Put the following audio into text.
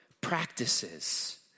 practices